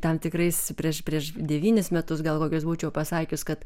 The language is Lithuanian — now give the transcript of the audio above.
tam tikrais prieš prieš devynis metus gal kokius būčiau pasakius kad